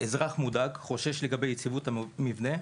אזרח מודאג חושש ליציבות המבנה,